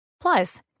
plus